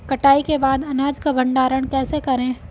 कटाई के बाद अनाज का भंडारण कैसे करें?